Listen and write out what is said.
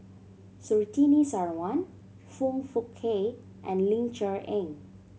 Surtini Sarwan Foong Fook Kay and Ling Cher Eng